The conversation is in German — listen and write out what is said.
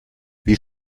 wie